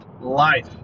Life